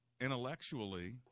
intellectually